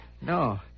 No